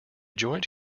joint